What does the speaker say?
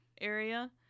area